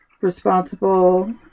responsible